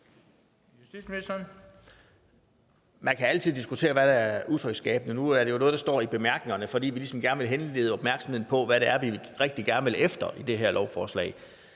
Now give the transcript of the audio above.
Man kan altid diskutere, hvad der er utryghedsskabende. Nu er det noget, der står i bemærkningerne, fordi vi ligesom gerne vil henlede opmærksomheden på, hvad det er, vi rigtig gerne vil med det her lovforslag.